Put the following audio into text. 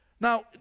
Now